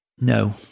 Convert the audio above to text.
No